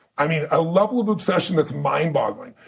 i mean, a level of obsession that's mind boggling.